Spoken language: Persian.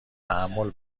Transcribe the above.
تحمل